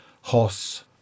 Hoss